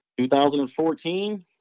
2014